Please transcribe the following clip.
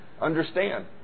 understand